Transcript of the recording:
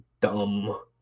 dumb